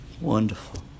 Wonderful